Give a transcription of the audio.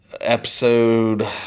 episode